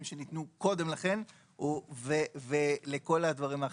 שניתנו קודם לכן ולכל הדברים האחרים,